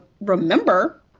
remember